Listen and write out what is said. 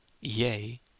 Yea